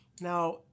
Now